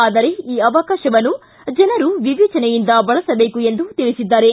ಆದರೆ ಈ ಅವಕಾಶವನ್ನು ಜನರು ವಿವೇಚನೆಯಿಂದ ಬಳಸಬೇಕು ಎಂದು ತಿಳಿಸಿದ್ದಾರೆ